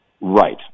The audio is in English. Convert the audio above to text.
Right